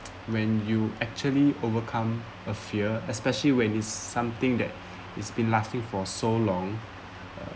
when you actually overcome a fear especially when it's something that it's been lasting for so long uh